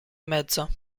mezzo